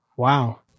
Wow